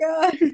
God